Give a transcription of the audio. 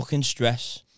stress